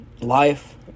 life